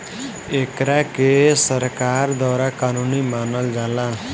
एकरा के सरकार के द्वारा कानूनी मानल जाला